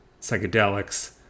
psychedelics